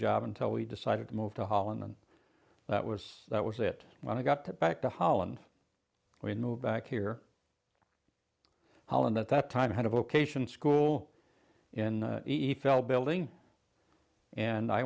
job until we decided to move to holland and that was that was it when i got back to holland we moved back here holland at that time had a vocational school in the felt building and i